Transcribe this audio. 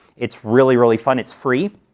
it's really really fun. it's free.